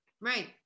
Right